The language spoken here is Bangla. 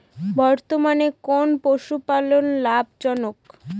বর্তমানে কোন পশুপালন লাভজনক?